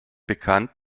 bekannt